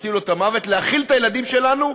עושים לו את המוות, להאכיל את הילדים שלנו,